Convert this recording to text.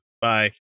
Bye